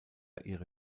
ihre